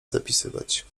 zapisywać